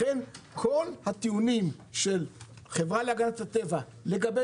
לכן כל הטיעונים של החברה להגנת הטבע לגבי